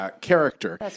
character